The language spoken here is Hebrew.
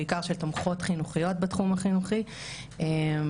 בעיקר של תומכות החינוך בתחום החינוכי וכן,